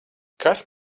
kas